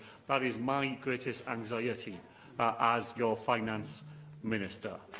that is my greatest anxiety as your finance minister.